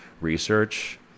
research